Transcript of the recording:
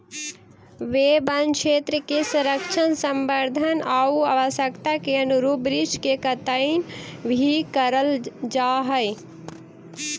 वे वनक्षेत्र के संरक्षण, संवर्धन आउ आवश्यकता के अनुरूप वृक्ष के कर्तन भी करल जा हइ